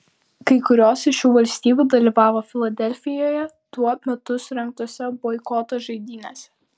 kai kurios iš šių valstybių dalyvavo filadelfijoje tuo metu surengtose boikoto žaidynėse